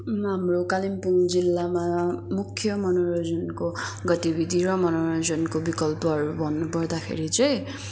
हाम्रो कालिम्पोङ जिल्लामा मुख्य मनोरञ्जनको गतिविधि र मनोरञ्जनको विकल्पहरू भन्नुपर्दाखेरि चाहिँ